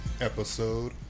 episode